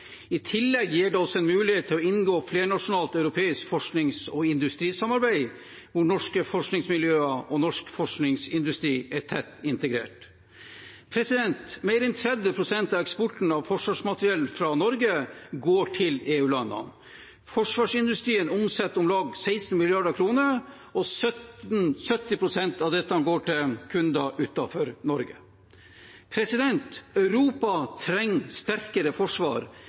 I tillegg gir det oss en mulighet til å inngå et flernasjonalt europeisk forsknings- og industrisamarbeid hvor norske forskningsmiljøer og norsk forskningsindustri er tett integrert. Mer enn 30 pst. av eksporten av forsvarsmateriell fra Norge går til EU-landene. Forsvarsindustrien omsetter om lag 16 mrd. kr, og 70 pst. av dette går til kunder utenfor Norge. Europa trenger sterkere forsvar,